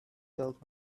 filled